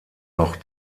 noch